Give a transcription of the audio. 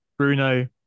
Bruno